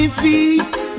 feet